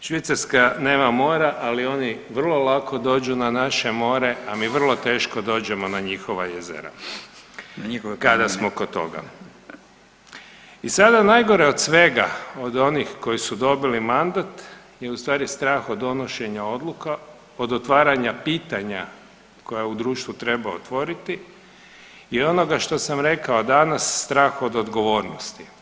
Švicarska nema mora, ali oni vrlo lako dođu na naše more, a mi vrlo teško dođemo na njihova jezera kada smo kod toga … [[Upadica se ne razumije.]] i sada najgore od svega od onih koji su dobili mandat je u stvari strah od donošenja odluka, od otvaranja pitanja koja u društvu treba otvoriti i onoga što sam rekao danas, strah od odgovornosti.